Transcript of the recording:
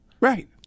Right